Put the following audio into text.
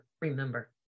remember